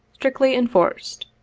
strictly en forced.